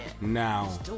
now